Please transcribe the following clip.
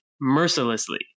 mercilessly